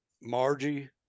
margie